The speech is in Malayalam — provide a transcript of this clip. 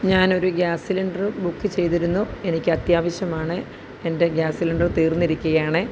ഞാനൊരു ഗ്യാസ് സിലിണ്ടർ ബുക്ക് ചെയ്തിരുന്നു എനിക്കത്യവശ്യമാണ് എന്റെ ഗ്യാസ് സിലിണ്ടർ തീര്ന്നിരിക്കുകയാണ്